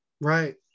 Right